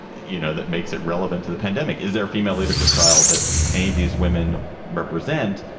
you know, that makes it relevant to the pandemic? is there female leadership style that any of these women represent?